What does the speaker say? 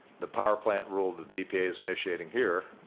the power plant rule the dpa is initiating here,